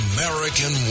American